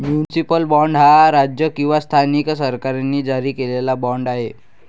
municipal bond हा राज्य किंवा स्थानिक सरकारांनी जारी केलेला बाँड आहे